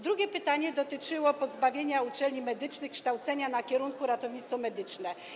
Drugie pytanie dotyczyło pozbawienia uczelni medycznych możliwości kształcenia na kierunku ratownictwo medyczne.